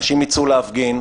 אנשים ייצאו להפגין,